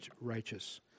righteous